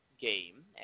game